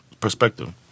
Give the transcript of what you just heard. perspective